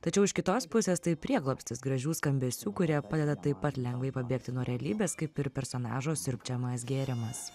tačiau iš kitos pusės tai prieglobstis gražių skambesių kurie padeda taip pat lengvai pabėgti nuo realybės kaip ir personažo siurbčiojamas gėrimas